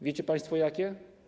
Wiecie państwo jakie?